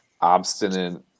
obstinate